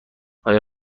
آیا